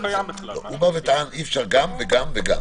הוא טען אי אפשר גם וגם וגם וגם